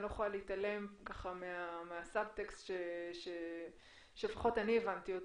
אני לא יכולה להתעלם מהסבטקסט שלפחות אני הבנתי,